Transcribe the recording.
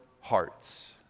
hearts